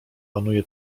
panuje